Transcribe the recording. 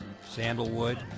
sandalwood